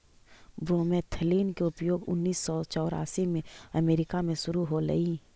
bromethalin के उपयोग उन्नीस सौ चौरासी में अमेरिका में शुरु होलई